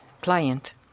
client